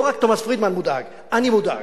לא רק תומס פרידמן מודאג, אני מודאג.